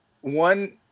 one